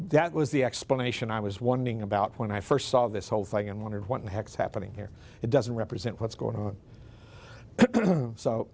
that was the explanation i was wondering about when i first saw this whole thing and wondered what the heck is happening here it doesn't represent what's going on so